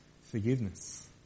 forgiveness